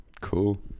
cool